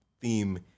theme